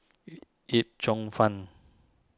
Yee Yip Cheong Fun